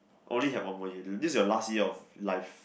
only have one more ya this your last year of life